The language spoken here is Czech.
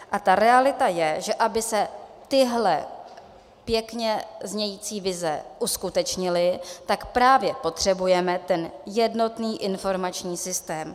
A ta realita je, že aby se tyhle pěkně znějící vize uskutečnily, tak právě potřebujeme ten jednotný informační systém.